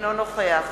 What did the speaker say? אינו נוכח